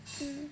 mm